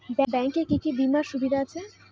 Bank এ কি কী বীমার সুবিধা আছে?